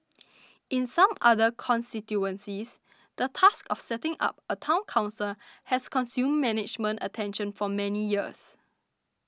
in some other constituencies the task of setting up a Town Council has consumed management attention for many years